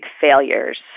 failures